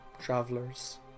travelers